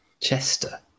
Chester